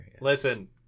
listen